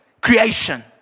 creation